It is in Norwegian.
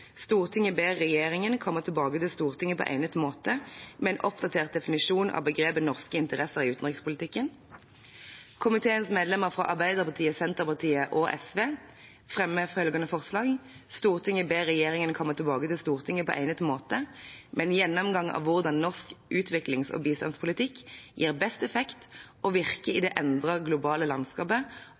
Stortinget på egnet måte med en oppdatert definisjon av begrepet «norske interesser» i utenrikspolitikken.» Jeg vil til slutt ta opp forslaget fra Arbeiderpartiet, Senterpartiet og SV: «Stortinget ber regjeringen komme tilbake til Stortinget på egnet måte med en gjennomgang av hvordan norsk utviklings- og bistandspolitikk best gir effekt og virker i det endrede globale landskapet,